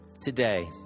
today